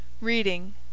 Reading